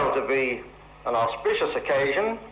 to be an auspicious occasion,